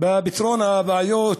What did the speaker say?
בפתרון הבעיות